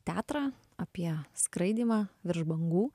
teatrą apie skraidymą virš bangų